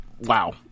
Wow